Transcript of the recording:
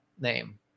name